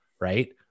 right